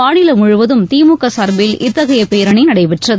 மாநிலம் முழுவதும் திமுக சார்பில் இத்தகைய பேரணி நடைபெற்றது